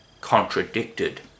contradicted